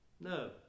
No